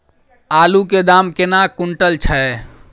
आलु केँ दाम केना कुनटल छैय?